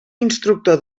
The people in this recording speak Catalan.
instructor